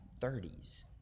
30s